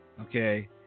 okay